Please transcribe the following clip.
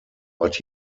but